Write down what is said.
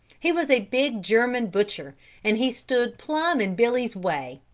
he was a big german butcher and he stood plum in billy's way,